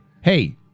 Hey